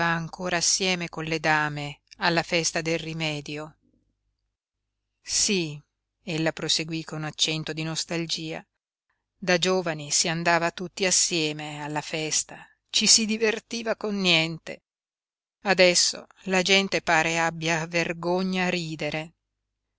ancora assieme con le dame alla festa del rimedio sí ella proseguí con accento di nostalgia da giovani si andava tutti assieme alla festa ci si divertiva con niente adesso la gente pare abbia vergogna a ridere